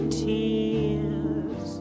tears